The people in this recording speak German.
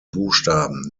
buchstaben